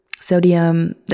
sodium